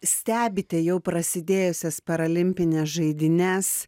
stebite jau prasidėjusias paralimpines žaidynes